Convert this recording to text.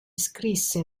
iscrisse